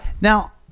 Now